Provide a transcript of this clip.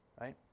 right